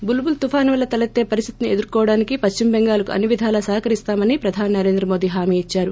బుల్పుల్ తుఫాను వల్ల తలెత్తే పరిస్థితిని ఎదుర్కోవటానికి పశ్చిమ బెంగాల్కు అన్ని ్విధాలా సహకరిస్తామని ప్రధాని నరేంద్ర మోడీ హామీ ఇచ్చారు